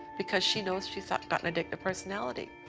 because she knows she's got got an addictive personality.